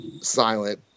silent